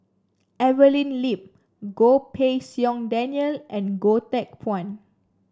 Evelyn Lip Goh Pei Siong Daniel and Goh Teck Phuan